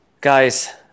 Guys